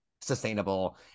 sustainable